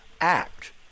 act